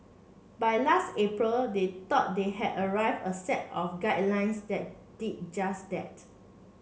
by last April they thought they had arrived a set of guidelines that did just that